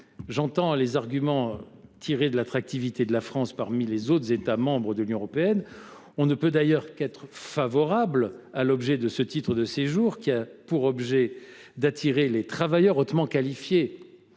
J’entends les arguments relatifs à l’attractivité de la France parmi les autres États membres de l’Union européenne. On ne peut d’ailleurs qu’être favorable à l’objet de ce titre de séjour, qui a pour objet d’attirer les travailleurs hautement qualifiés.